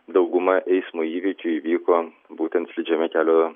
dauguma eismo įvykių įvyko būtent slidžiame kelio